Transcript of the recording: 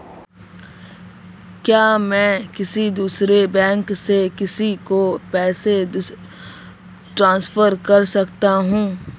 क्या मैं किसी दूसरे बैंक से किसी को पैसे ट्रांसफर कर सकता हूं?